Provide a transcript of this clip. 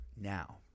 Now